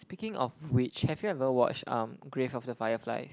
speaking of which have you ever watch um grave of the fireflies